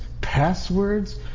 passwords